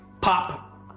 pop